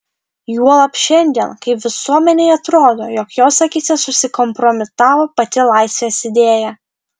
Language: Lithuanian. juolab šiandien kai visuomenei atrodo jog jos akyse susikompromitavo pati laisvės idėja